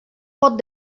pot